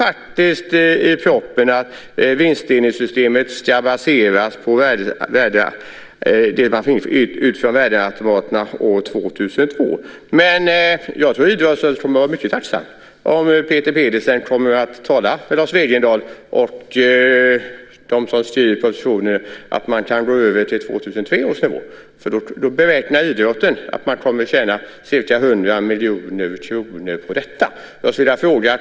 Det står i propositionen att vinstdelningssystemet ska baseras på det man fått ut från värdeautomaterna år 2002. Jag tror att idrottsrörelsen kommer att vara mycket tacksam om Peter Pedersen kommer att tala med Lars Wegendal och dem som skriver propositionen om att man kan gå över till 2003 års nivå. Då beräknar idrotten att den kommer att tjäna ca 100 miljoner kronor på detta.